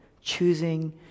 choosing